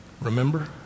remember